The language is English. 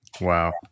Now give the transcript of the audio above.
Wow